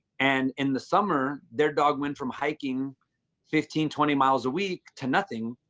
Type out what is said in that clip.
and in the summer, their dog went from hiking fifteen, twenty miles a week to nothing.